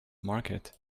market